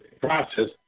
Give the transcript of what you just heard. process